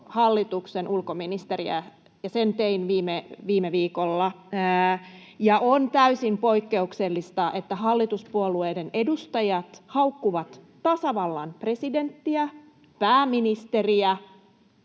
hallituksen ulkoministeriä, ja sen tein viime viikolla. On täysin poikkeuksellista, että hallituspuolueiden edustajat haukkuvat tasavallan presidenttiä, pääministeriä.